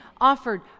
offered